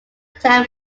tail